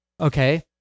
Okay